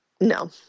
No